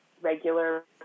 regular